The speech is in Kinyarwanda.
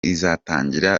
izatangira